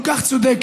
כל כך צודקת,